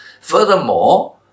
Furthermore